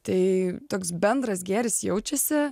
tai toks bendras gėris jaučiasi